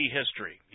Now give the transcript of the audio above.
history